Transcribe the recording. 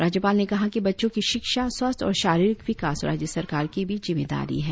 राज्यपाल ने कहा कि बच्चों की शिक्षा स्वास्थ्य और शारीरिक विकास राज्य सरकार की भी जिम्मेदारी है